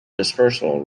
dispersal